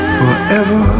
forever